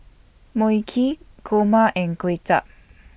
Mui Kee Kurma and Kuay Chap